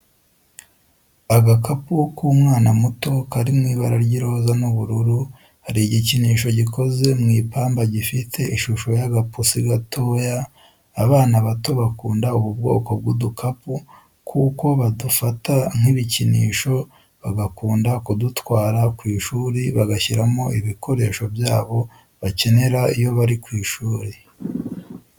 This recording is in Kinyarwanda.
Agakapu k'umwana muto kari mu ibara ry'iroza n'ubururu hari igikinisho gikoze mu ipamba gifite ishusho y'agapusi gatoya, abana bato bakunda ubu kwoko bw'udukapu kuko badufata nk'ibikinisho bagakunda kudutwara kw'ishuri bagashyiramo ibikoresho byabo bakenera iyo bari ku ishuri.